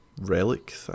relic